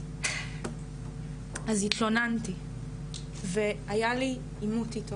אז התלוננתי והיה לי עימות איתו